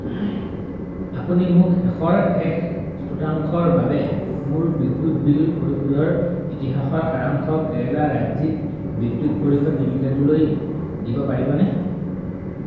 আপুনি মোক শেষৰ শেষ চতুৰ্থাংশৰ বাবে মোৰ বিদ্যুৎ বিল পৰিশোধৰ ইতিহাসৰ সাৰাংশ কেৰেলা ৰাজ্যিক বিদ্যুৎ পৰিষদ লিমিটেডলৈ দিব পাৰিবনে